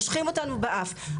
מושכים אותנו באף,